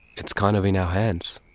it's kind of in our hands,